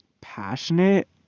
passionate